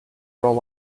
roll